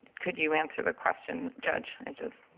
could you answer the question, judge, i just.